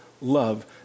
love